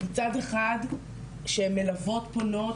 מצד אחד שמלוות פונות,